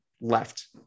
left